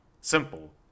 Simple